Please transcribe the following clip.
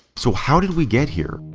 so how did we get here?